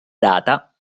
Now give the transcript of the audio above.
data